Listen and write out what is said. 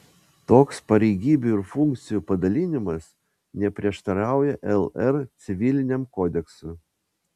toks pareigybių ir funkcijų padalinimas neprieštarauja lr civiliniam kodeksui